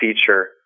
feature